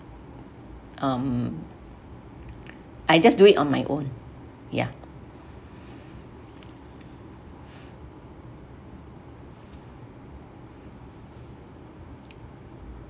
um I just do it on my own ya